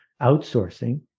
outsourcing